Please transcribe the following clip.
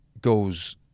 goes